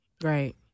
Right